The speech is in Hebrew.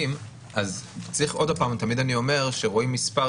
תיקים אני אומר שכשרואים מספר,